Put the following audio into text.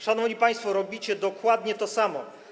Szanowni państwo, robicie dokładnie to samo.